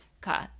Cut